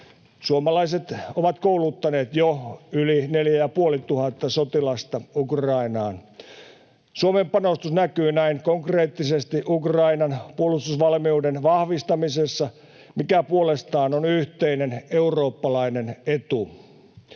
Suomalaiset ovat kouluttaneet jo yli neljä ja puoli tuhatta sotilasta Ukrainaan. Suomen panostus näkyy näin konkreettisesti Ukrainan puolustusvalmiuden vahvistamisessa, mikä puolestaan on yhteinen eurooppalainen etu.